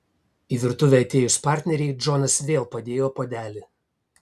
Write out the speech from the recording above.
į virtuvę atėjus partnerei džonas vėl padėjo puodelį